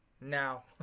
now